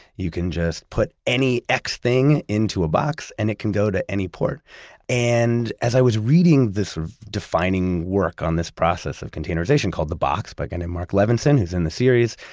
you can just put any x thing into a box and it can go to any port and as i was reading this defining work on this process of containerization, called the box by a guy named mark levinson, who's in the series,